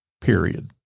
period